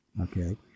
Okay